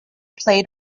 played